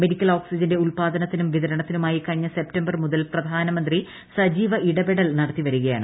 medical ഓക്സിജന്റെ ഉൽപാദനത്തിനും വിതരണത്തിനുമായി കഴിഞ്ഞ സെപ്റ്റംബർ മുതൽ പ്രധാനമന്ത്രി സജീവ ഇടപെടൽ നടത്തി വരികയാണ്